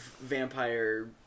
vampire